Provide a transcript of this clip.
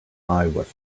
was